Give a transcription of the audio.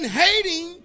hating